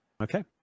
Okay